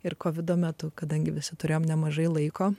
ir kovido metu kadangi visi turėjome nemažai laiko